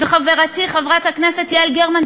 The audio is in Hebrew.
וחברתי חברת הכנסת יעל גרמן,